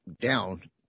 down